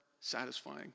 satisfying